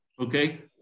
okay